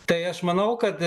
tai aš manau kad